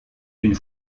une